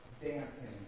dancing